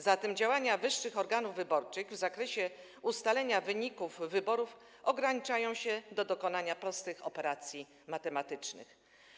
Zatem działania wyższych organów wyborczych w zakresie ustalenia wyników wyborów ograniczają się do dokonania prostych operacji matematycznych.